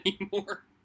anymore